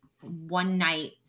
one-night